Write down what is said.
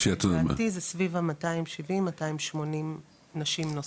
לדעתי זה סביב ה-270 או 280 נשים נוספות.